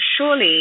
surely